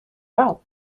out